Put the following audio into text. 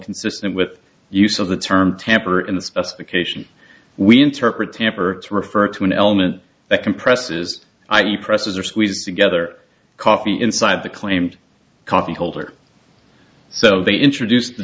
consistent with use of the term tamper in the specification we interpret tamper to refer to an element that compresses i e presses or squeezed together coffee inside the claimed coffee holder so they introduced the